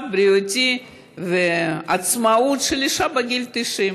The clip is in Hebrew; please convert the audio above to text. הבריאותי ואת העצמאות של אישה בגיל 90,